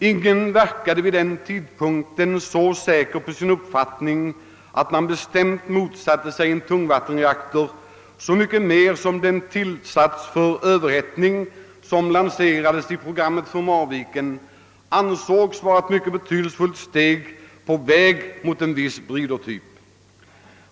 Ingen var vid den tidpunkten så säker på sin uppfattning att han bestämt motsatte sig tungvattenreaktorn, så mycket mer som den tillsats för överhettning som lanserades i programmet för Marviken ansågs vara ett mycket betydelsefullt steg mot en viss breedertyp.